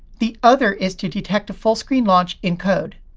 the other is to detect a full screen launch in code.